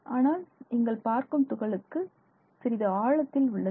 ஆனால் நீங்கள் பார்க்கும் துகளுக்கு சிறிது ஆழத்தில் உள்ளது